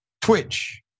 Twitch